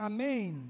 Amen